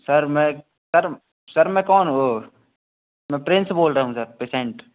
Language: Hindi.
सर मैं सर सर मैं कौन वो मैं प्रिंस बोल रहा हूँ सर पेसेंट